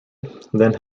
then